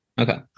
Okay